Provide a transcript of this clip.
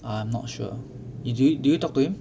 I'm not sure do you do you talk to him